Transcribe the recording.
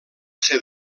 ser